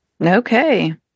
Okay